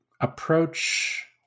approach